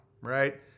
right